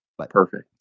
Perfect